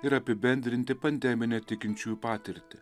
ir apibendrinti pandeminę tikinčiųjų patirtį